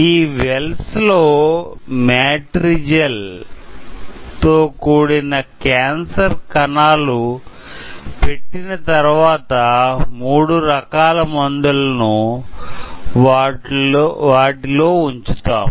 ఈ వెల్స్ లో మేట్రిగెల్ తో కూడిన క్యాన్సర్ కణాలు పెట్టిన తర్వాత మూడు రకాల మందులను వాటిలో ఉంచుతాం